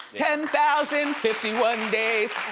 ten thousand and fifty one days,